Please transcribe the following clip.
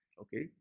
okay